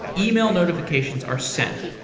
email notifications are sent.